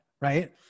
right